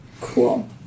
Cool